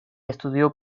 estudió